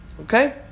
Okay